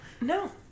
no